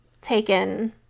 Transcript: taken